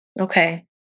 okay